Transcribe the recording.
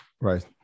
Right